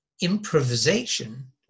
improvisation